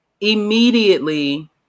Immediately